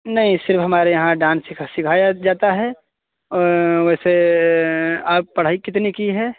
नहीं सिर्फ हमारे यहाँ डांस सिख सिखाया जाता है वैसे आप पढ़ाई कितनी किए हैं